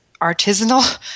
artisanal